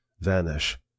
vanish